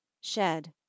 shed